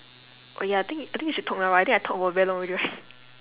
oh ya I think I think you should talk now right I think I talk for very long already right